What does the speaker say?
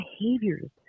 behaviors